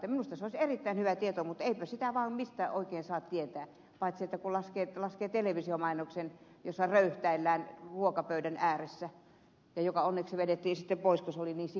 minusta se olisi erittäin hyvä tieto mutta eipä sitä vaan mistään oikein saa tietää paitsi kun laskee televisiomainoksen jossa röyhtäillään ruokapöydän ääressä ja joka onneksi vedettiin sitten pois kun se oli niin sikamainen